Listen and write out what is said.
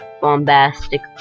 bombastic